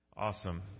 Awesome